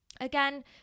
again